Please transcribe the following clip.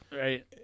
right